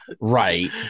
right